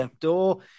door